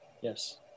Yes